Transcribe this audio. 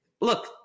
look